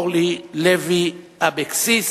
אני מזמין את חברת הכנסת אורלי לוי אבקסיס